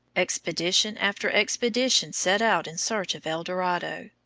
expedition after expedition set out in search of el dorado.